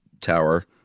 tower